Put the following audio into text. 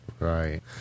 right